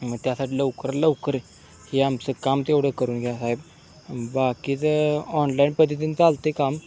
म त्यासाठी लवकरात लवकर हे आमचं काम तेवढं करून घ्या साहेब बाकीचं ऑनलाईन पद्धतीनं चालतं काम